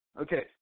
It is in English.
Okay